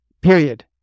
Period